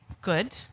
Good